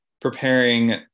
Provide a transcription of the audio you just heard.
preparing